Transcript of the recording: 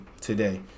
today